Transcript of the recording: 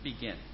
begin